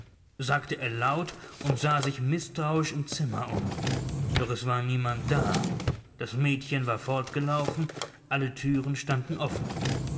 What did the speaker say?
sagte er laut und sah sich mißtrauisch im zimmer um doch es war niemand da das mädchen war fortgelaufen alle türen standen offen